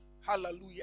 hallelujah